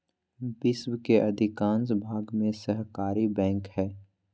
विश्व के अधिकांश भाग में सहकारी बैंक हइ